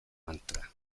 mantra